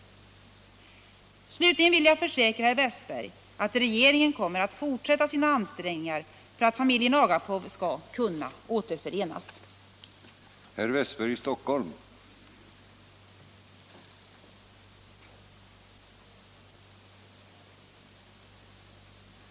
Om åtgärder för att Slutligen vill jag försäkra herr Wästberg att regeringen kommer att = bereda familjen fortsätta sina ansträngningar för att familjen Agapov skall kunna åter = Agapov möjligheter förenas. att återförenas